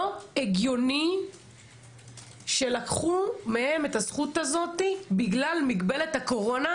לא הגיוני שלקחו מהם את הזכות בגלל מגבלת הקורונה,